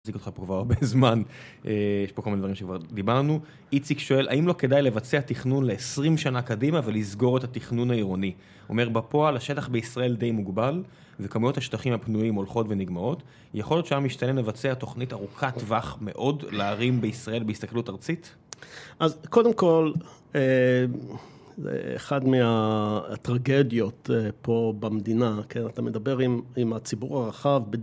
החזיק אותך פה כבר הרבה זמן, אה... יש פה כל מיני דברים שכבר דיברנו. איציק שואל, האם לא כדאי לבצע תכנון ל-20 שנה קדימה ולסגור את התכנון העירוני? אומר, בפועל השטח בישראל די מוגבל, וכמויות השטחים הפנויים הולכות ונגמרות. יכול להיות שהינ משתלם לבצע תוכנית ארוכת טווח מאוד להרים בישראל בהסתכלות ארצית? אז קודם כל, אה... זה אחד מה... הטרגדיות פה במדינה, כן, אתה מדבר עם... עם הציבור הרחב.